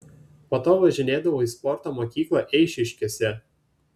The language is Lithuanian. po to važinėdavau į sporto mokyklą eišiškėse